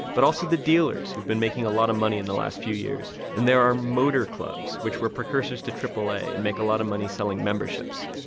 but also the dealers who've been making a lot of money in the last few years. and there are motor clubs, which were precursors to aaa, and make a lot of money selling memberships.